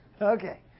Okay